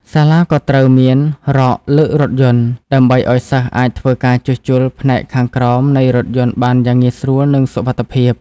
សាលាក៏ត្រូវមាន រ៉កលើករថយន្ត ដើម្បីឱ្យសិស្សអាចធ្វើការជួសជុលផ្នែកខាងក្រោមនៃរថយន្តបានយ៉ាងងាយស្រួលនិងសុវត្ថិភាព។